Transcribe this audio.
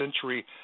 century